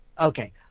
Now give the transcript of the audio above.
Okay